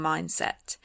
Mindset